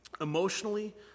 Emotionally